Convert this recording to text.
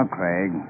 Craig